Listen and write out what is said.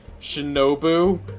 Shinobu